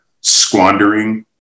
squandering